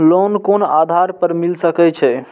Loan कोन आधार पर मिल सके छे?